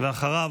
ואחריו,